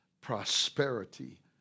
prosperity